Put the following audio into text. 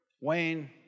Wayne